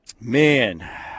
Man